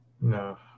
No